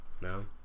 No